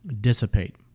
dissipate